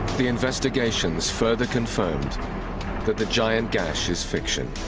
the investigations further confirmed that the giant gash is fiction.